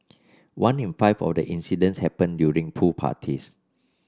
one in five of the incidents happened during pool parties